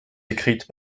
écrites